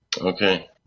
Okay